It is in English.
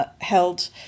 held